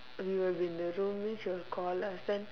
we will be in the room then she will call us then